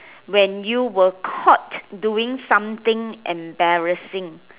when you were caught doing something embarrassing